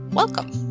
welcome